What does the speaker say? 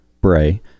Bray